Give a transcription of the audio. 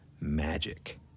magic